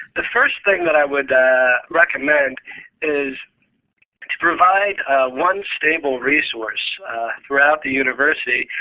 the first thing that i would recommend is to provide one stable resource throughout the university,